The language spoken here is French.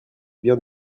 bien